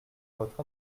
votre